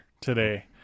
today